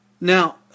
Now